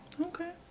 Okay